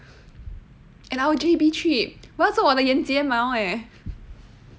and our J_B trip 我要做我的眼睫毛 eh